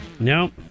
Nope